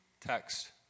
text